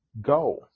Go